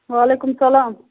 وعلیکُم سلام